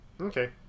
Okay